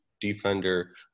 defender